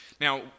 Now